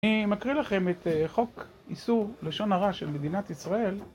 אני מקריא לכם את חוק איסור לשון הרע של מדינת ישראל.